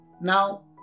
Now